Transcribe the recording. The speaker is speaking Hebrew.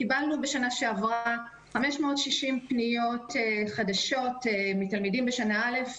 קיבלנו בשנה שעברה 560 פניות חדשות מתלמידים בשנה א'